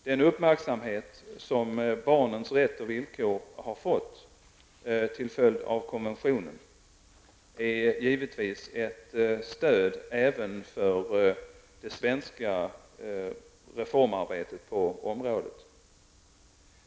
Den uppmärksamhet som barnens rätt och villkor har fått till följd av konventionen är givetvis ett stöd även för det svenska reformarbetet på området.